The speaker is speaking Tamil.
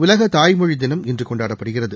உலக தாய்மொழி தினம் இன்று கொண்டாடப்படுகிறது